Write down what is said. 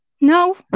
No